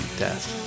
death